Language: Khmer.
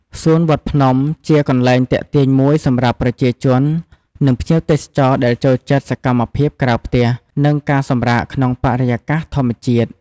សួនវត្តភ្នំជាកន្លែងទាក់ទាញមួយសម្រាប់ប្រជាជន និងភ្ញៀវទេសចរដែលចូលចិត្តសកម្មភាពក្រៅផ្ទះ និងការសម្រាកក្នុងបរិយាកាសធម្មជាតិ។